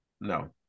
no